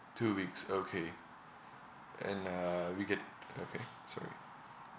two weeks okay and uh we get okay sorry